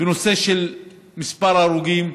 בנושא של מספר ההרוגים,